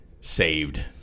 saved